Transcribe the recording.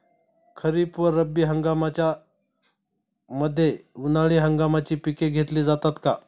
खरीप व रब्बी हंगामाच्या मध्ये उन्हाळी हंगामाची पिके घेतली जातात का?